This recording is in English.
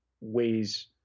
ways